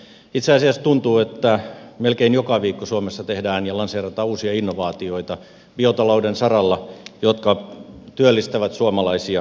itse asiassa tuntuu että melkein joka viikko suomessa tehdään ja lanseerataan biotalouden saralla uusia innovaatioita jotka työllistävät suomalaisia ihmisiä